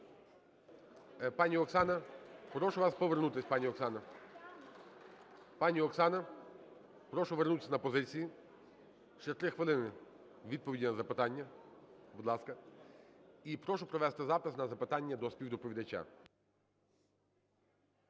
Пані Оксана! Прошу вас повернутись, пані Оксана. Пані Оксана, прошу вернутись на позиції, ще 3 хвилини відповіді на запитання. Будь ласка. І прошу провести запис на запитання до співдоповідача.